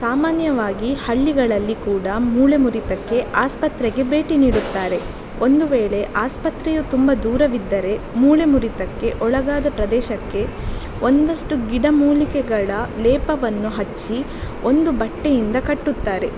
ಸಾಮಾನ್ಯವಾಗಿ ಹಳ್ಳಿಗಳಲ್ಲಿ ಕೂಡ ಮೂಳೆ ಮುರಿತಕ್ಕೆ ಆಸ್ಪತ್ರೆಗೆ ಭೇಟಿ ನೀಡುತ್ತಾರೆ ಒಂದು ವೇಳೆ ಆಸ್ಪತ್ರೆಯು ತುಂಬ ದೂರವಿದ್ದರೆ ಮೂಳೆ ಮುರಿತಕ್ಕೆ ಒಳಗಾದ ಪ್ರದೇಶಕ್ಕೆ ಒಂದಷ್ಟು ಗಿಡಮೂಲಿಕೆಗಳ ಲೇಪವನ್ನು ಹಚ್ಚಿ ಒಂದು ಬಟ್ಟೆಯಿಂದ ಕಟ್ಟುತ್ತಾರೆ